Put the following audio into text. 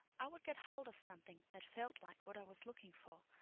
i would get hold of something that felt like what i was looking for,